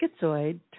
schizoid